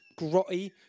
grotty